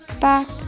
Back